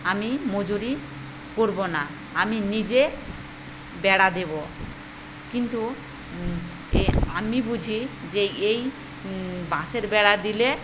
আমি মজুরি করব না আমি নিজে বেড়া দেবো কিন্তু এ আমি বুঝি যে এই বাঁশের বেড়া দিলে